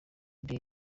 day